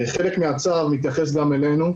חלק מהצו מתייחס גם אלינו,